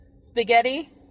spaghetti